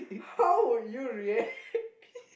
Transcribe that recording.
how would you react